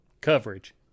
coverage